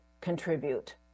contribute